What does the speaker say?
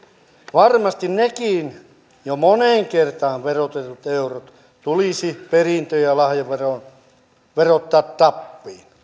varmasti nekin jo moneen kertaan verotetut eurot tulisi perintö ja lahjaverolla verottaa tappiin